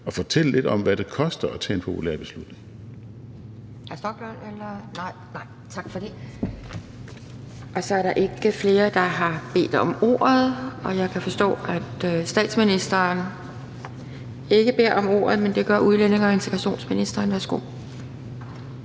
at fortælle lidt om, hvad det koster at tage en populær beslutning. Kl. 12:38 Anden næstformand (Pia Kjærsgaard): Hr. Rasmus Stoklund? Nej. Tak for det. Så er der ikke flere, der har bedt om ordet, og jeg kan forstå, at statsministeren ikke beder om ordet, men at det gør udlændinge- og integrationsministeren. Værsgo.